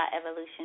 Evolution